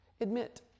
Admit